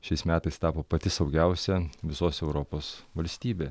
šiais metais tapo pati saugiausia visos europos valstybė